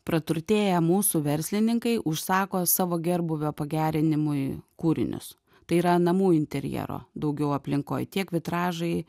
praturtėję mūsų verslininkai užsako savo gerbūvio pagerinimui kūrinius tai yra namų interjero daugiau aplinkoj tiek vitražai